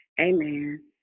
amen